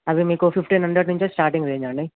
అవి మీకు fifteen hundred నుంచి స్టార్టింగ్ రేంజ్ అండి